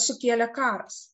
sukėlė karas